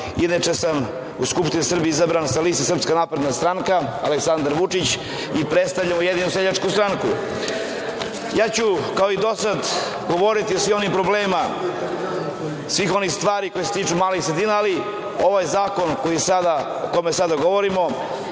Inače sam u Skupštini Srbije izabran sa liste Srpska napredna stranka-Aleksandar Vučić i predstavljam Ujedinjenu seljačku stranku. Kao i do sada, govoriću o svim onim problemima, svim onim stvarima koje se tiču malih sredina, ali ovaj zakon o kome sada govorimo